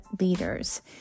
leaders